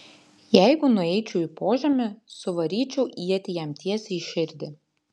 jeigu nueičiau į požemį suvaryčiau ietį jam tiesiai į širdį